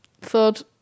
thought